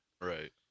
Right